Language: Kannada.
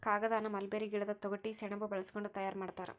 ಕಾಗದಾನ ಮಲ್ಬೇರಿ ಗಿಡದ ತೊಗಟಿ ಸೆಣಬ ಬಳಸಕೊಂಡ ತಯಾರ ಮಾಡ್ತಾರ